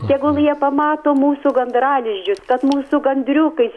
tegul jie pamato mūsų gandralizdžius kad mūsų gandriukai